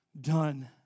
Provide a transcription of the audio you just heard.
done